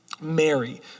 Mary